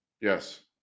yes